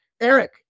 Eric